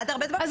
אני